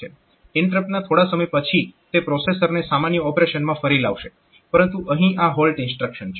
ઇન્ટરપ્ટના થોડા સમય પછી તે પ્રોસેસરને સામાન્ય ઓપરેશનમાં ફરી લાવશે પરંતુ અહીં આ હોલ્ટ ઇન્સ્ટ્રક્શન છે